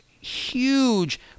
huge